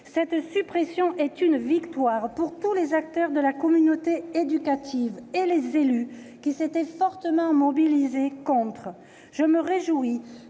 Cette suppression est une victoire pour tous les acteurs de la communauté éducative et les élus, qui s'étaient fortement mobilisés contre ces